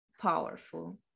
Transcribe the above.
powerful